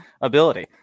ability